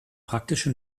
praktische